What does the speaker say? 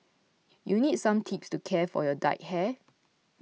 you need some tips to care for your dyed hair